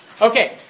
Okay